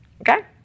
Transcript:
okay